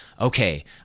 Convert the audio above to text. Okay